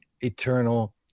eternal